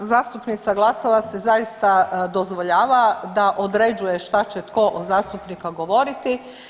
238., zastupnica Glasovac si zaista dozvoljava da određuje šta će tko od zastupnika govoriti.